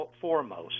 foremost